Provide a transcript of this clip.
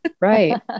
Right